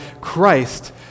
Christ